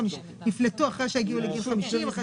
נפלטו אחרי שהגיעו לגיל 50?